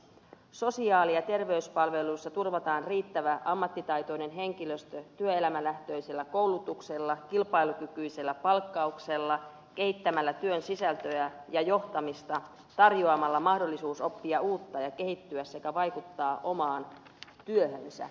sosiaali ja terveyspalveluissa turvataan riittävä ammattitaitoinen henkilöstö työelämälähtöisellä koulutuksella kilpailukykyisellä palkkauksella työn sisältöjen ja johtamisen kehittämisellä sekä tarjoamalla mahdollisuus oppia uutta ja kehittyä sekä vaikuttaa omaan työhönsä